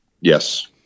Yes